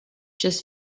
just